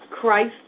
Christ